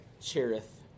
Cherith